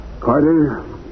Carter